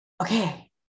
okay